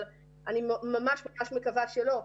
אני ממש ממש מקווה שלא,